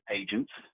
agents